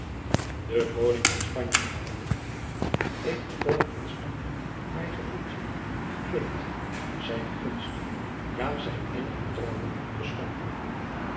de koning van spanje herhaalde ludwig heeft de koning van spanje mij gevoed gekleed zijne gunst ja zijn innig vertrouwen geschonken